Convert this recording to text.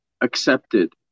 accepted